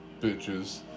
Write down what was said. Bitches